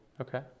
Okay